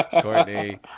Courtney